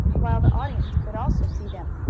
while the audience could also see them.